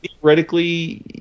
theoretically